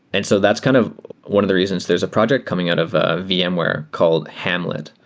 and so that's kind of one of the reasons. there's a project coming out of vmware called ham let,